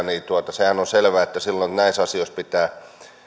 niin sehän on selvää että silloin näissä asioissa pitää